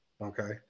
Okay